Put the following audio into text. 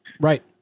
Right